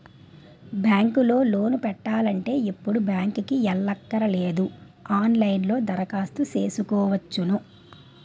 bank లో loan పెట్టాలంటే ఇప్పుడు బ్యాంకుకి ఎల్లక్కరనేదు ఆన్ లైన్ లో దరఖాస్తు సేసుకోవచ్చును